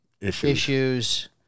issues